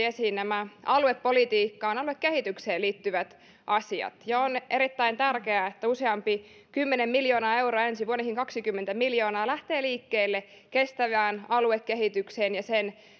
esiin nämä aluepolitiikkaan ja aluekehitykseen liittyvät asiat ja on erittäin tärkeää että useampi kymmenen miljoonaa euroa ensi vuonnakin kaksikymmentä miljoonaa lähtee liikkeelle kestävään aluekehitykseen ja sen